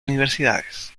universidades